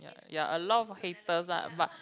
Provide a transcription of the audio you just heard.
ya a lot of haters lah but